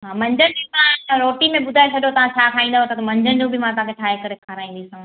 हा मंझंदि जी तव्हां रोटी में ॿुधाए छॾियो तव्हां छा खाईंदव त मंझंदि जो बि मां तव्हांखे ठाहे करे खाराईंदीसांव